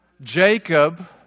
Jacob